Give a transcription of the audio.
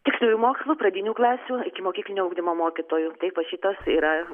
tiksliųjų mokslų pradinių klasių ikimokyklinio ugdymo mokytojų tap va šitos yra